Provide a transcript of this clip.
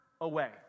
away